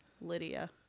Lydia